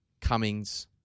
Cummings